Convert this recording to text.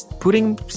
putting